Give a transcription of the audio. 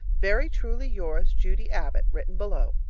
very truly yours, judy abbott written below.